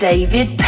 David